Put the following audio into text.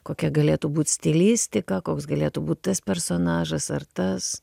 kokia galėtų būt stilistika koks galėtų būt tas personažas ar tas